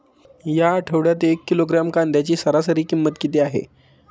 या आठवड्यात एक किलोग्रॅम कांद्याची सरासरी किंमत किती आहे?